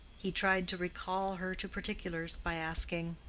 he tried to recall her to particulars by asking,